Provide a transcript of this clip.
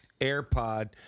AirPod